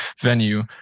venue